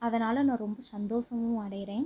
அதனால் நான் ரொம்ப சந்தோசமும் அடைகிறேன்